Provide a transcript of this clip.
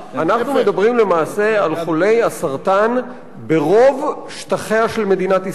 אנחנו מדברים למעשה על חולי הסרטן ברוב שטחיה של מדינת ישראל.